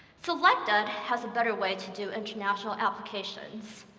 selected has a better way to do international applications.